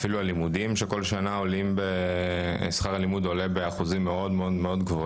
שכר הלימוד שעולה כל שנה באחוזים מאוד גבוהים,